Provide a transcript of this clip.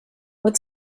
what